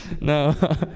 No